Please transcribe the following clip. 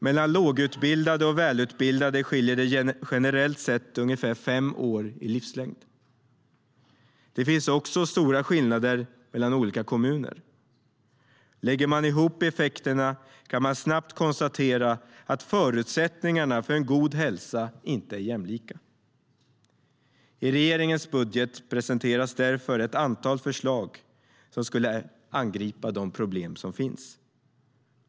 Mellan lågutbildade och välutbildade skiljer det generellt sett ungefär fem år i livslängd. Det finns också stora skillnader mellan olika kommuner. Lägger man ihop dessa effekter kan man snabbt konstatera att förutsättningarna för en god hälsa inte är jämlika. I regeringens budget presenterades ett antal förslag som skulle angripa de problem som finns.